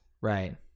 Right